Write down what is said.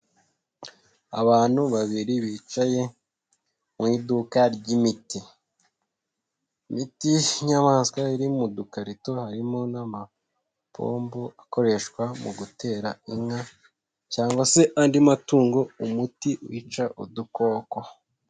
Abantu babiri bicaye mu iduka ry'imiti, imiti y'inyamaswa iri mu dukarito, harimo n'amapombo akoreshwa mu gutera inka cyangwa se andi matungo umuti wica udukoko.